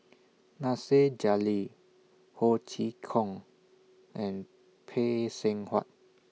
Nasir Jalil Ho Chee Kong and Phay Seng Whatt